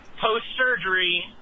Post-surgery